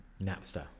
Napster